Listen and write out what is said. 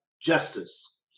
justice